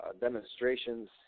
demonstrations